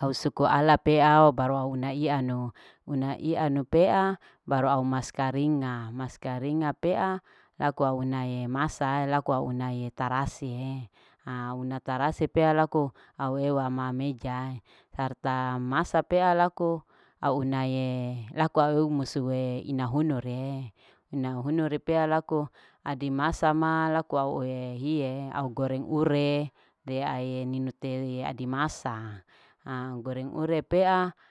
au suku ala peao baru au una ianu. una ianu pea baru au mas karinga. mas karinga pea laku au unae masa laku au unae tarasiaa au una tarasi pea laku aueu ma pea amaejae tarta masa pea laku aunae laku au musue ina hunure ina hunure pea laku adimasa ma. laku au ue hihe au goreng ure re aie ninun te adi masa ha au goreng ure pea.